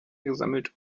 gesammelt